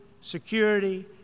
security